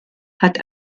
hat